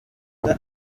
for